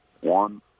One